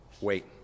Wait